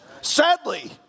Sadly